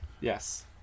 Yes